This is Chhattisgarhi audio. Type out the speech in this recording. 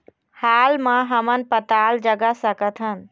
हाल मा हमन पताल जगा सकतहन?